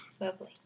Lovely